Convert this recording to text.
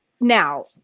now